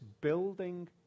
building